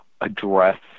address